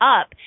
up